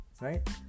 Right